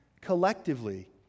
collectively